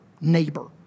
neighbor